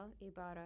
Ibarra